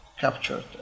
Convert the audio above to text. captured